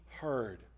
heard